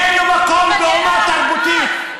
אין לו מקום באומה תרבותית.